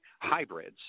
hybrids